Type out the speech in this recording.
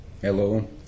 Hello